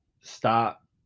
stop